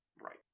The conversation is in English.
right